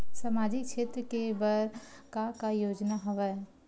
सामाजिक क्षेत्र के बर का का योजना हवय?